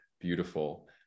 beautiful